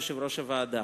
יושב-ראש הוועדה,